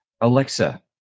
Alexa